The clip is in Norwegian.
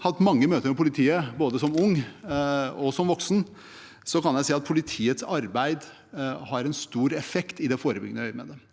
hatt mange møter med politiet, både som ung og som voksen, kan jeg si at politiets arbeid har en stor effekt i forebyggende øyemed.